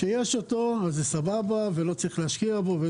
כשיש אותו זה סבבה ולא צריך להשקיע בו,